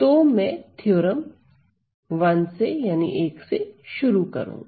तो मैं थ्योरम 1 से शुरू करूंगा